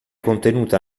contenuta